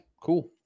cool